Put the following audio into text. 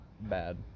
bad